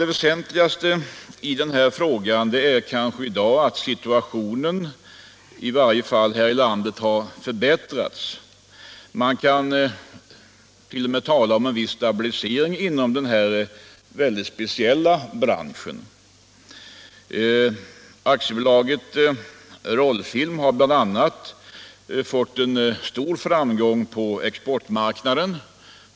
Det väsentligaste i frågan är kanske i dag att situationen har förbättrats för båda företagen. Man kan t.o.m. tala om en viss stabilisering inom den här mycket speciella branschen. AB Rollfilm har bl.a. fått stor framgång på exportmarknaden.